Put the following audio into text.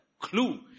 clue